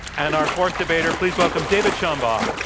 and our fourth debater, please welcome david shambaugh.